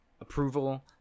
approval